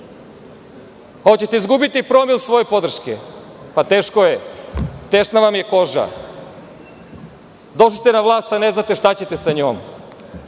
Hoćete izgubiti promil svoje podrške. Teško je, tesna vam je koža. Došli ste na vlast, a ne znate šta ćete sa njom.